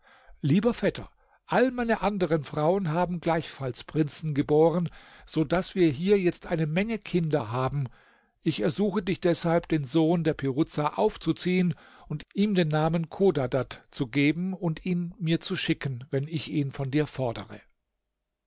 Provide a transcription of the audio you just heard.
lieber vetter alle meine anderen frauen haben gleichfalls prinzen geboren so daß wir hier jetzt eine menge kinder haben ich ersuche dich deshalb den sohn der piruza aufzuziehen ihm den namen chodadadchodadad ist persisch und zusammengesetzt aus choda gott und daden geben entsprechend dem französischen namen dieudonne dem griechischen theodor umgekehrt dorotheus zu geben und ihn mir zu schicken wenn ich ihn von dir fordere